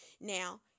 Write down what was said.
Now